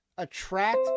Attract